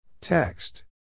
Text